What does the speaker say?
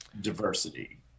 diversity